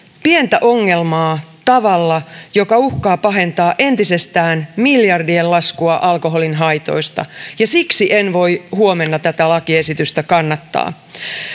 pientä ongelmaa tavalla joka uhkaa pahentaa entisestään miljardien laskua alkoholin haitoista ja siksi en voi huomenna tätä lakiesitystä kannattaa